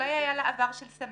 אולי היה לה עבר של סמים?